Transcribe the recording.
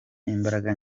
imbaraga